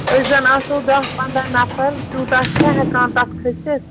أسۍ زَنہٕ آسو دَہ پَنداہ نَفر تیوٗتاہ چھےٚ ہٮ۪کان تَتھ کٔھسِتھ